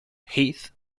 heath